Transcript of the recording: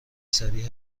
سریع